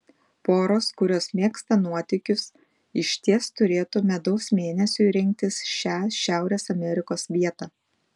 poros kurios mėgsta nuotykius išties turėtų medaus mėnesiui rinktis šią šiaurės amerikos vietą